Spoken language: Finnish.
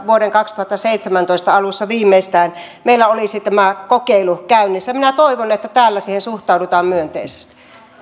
viimeistään vuoden kaksituhattaseitsemäntoista alussa meillä olisi tämä kokeilu käynnissä minä toivon että täällä siihen suhtaudutaan myönteisesti